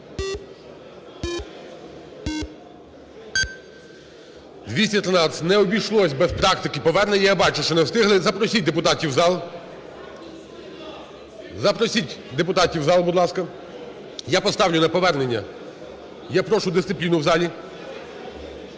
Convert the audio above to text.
За-213 Не обійшлося без практики повернення. Я бачу, що не встигли. Запросіть депутатів в зал. Запросіть депутатів в зал, будь ласка. Я поставлю на повернення. Я прошу дисципліну в залі.